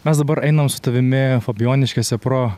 mes dabar einam su tavimi fabijoniškėse pro